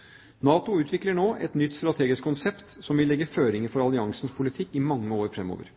NATO. NATO utvikler nå et nytt strategisk konsept som vil legge føringer for alliansens politikk i mange år fremover.